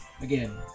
again